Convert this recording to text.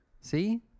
See